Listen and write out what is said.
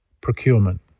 Procurement